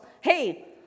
hey